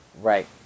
right